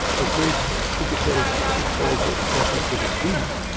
i was very sympathetic as far as what was happening to the students,